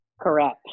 Correct